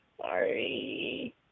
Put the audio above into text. Sorry